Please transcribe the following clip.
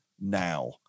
now